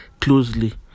closely